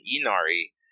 inari